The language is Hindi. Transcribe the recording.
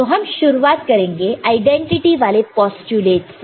तो हम शुरुआत करेंगे आइडेंटिटी वाले पोस्टयूलेट से